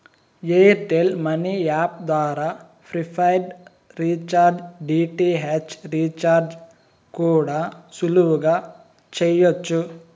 air tell money app ద్వారా prepaid recharge, DTH recharge కూడా సులువుగా చెయ్యచ్చు